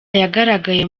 yagaragaye